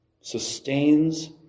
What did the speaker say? sustains